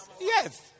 Yes